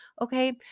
Okay